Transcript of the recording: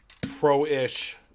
pro-ish